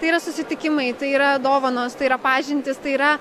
tai yra susitikimai tai yra dovanos tai yra pažintys tai yra